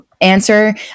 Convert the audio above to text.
answer